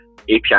API